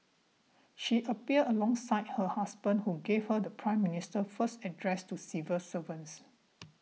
she appeared alongside her husband who gave her the Prime Minister's first address to civil servants